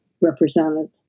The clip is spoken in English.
represented